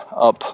up